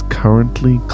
currently